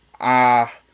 ah-